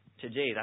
today